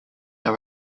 they